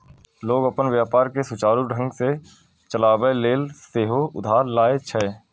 लोग अपन व्यापार कें सुचारू ढंग सं चलाबै लेल सेहो उधार लए छै